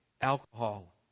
alcohol